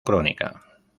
crónica